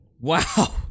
wow